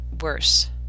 worse